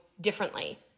differently